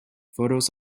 photos